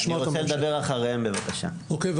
אני רוצה לדבר אחריהם, בבקשה.